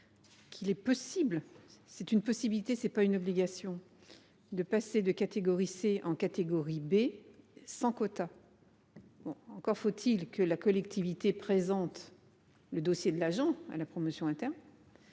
Qu'il est possible, c'est une possibilité. C'est pas une obligation. De passer de catégorie C, en catégorie B sans quota. Bon, encore faut-il que la collectivité présente le dossier de l'agent à la promotion interne.